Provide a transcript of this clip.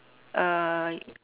uh